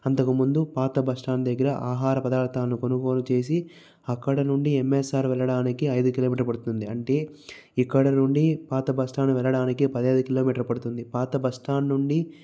అంతకుముందు పాత bus stand దగ్గర ఆహార పదార్థాలను కొనుగోలు చేసి అక్కడ నుండి ఎంఎస్ఆర్ వెళ్ళడానికి ఐదు కిలోమీటర్ పడుతుంది అంటే ఇక్కడ నుండి పాత బస్ స్టాండ్ వెళ్ళడానికి పదిహేను కిలోమీటర్ పడుతుంది పాత బస్ స్టాండ్ నుండి